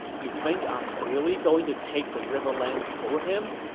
you think i'm really going to take the riverlands for him?